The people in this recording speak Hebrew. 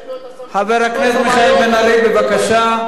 חבר הכנסת מיכאל בן-ארי, בבקשה.